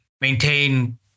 maintain